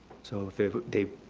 so if if they,